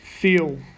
Feel